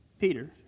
Peter